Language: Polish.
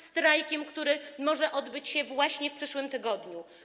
Strajkiem, który może odbyć się właśnie w przyszłym tygodniu.